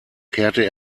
kehrte